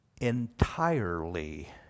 entirely